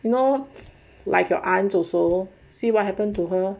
you know like your aunt also see what happen to her